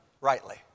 rightly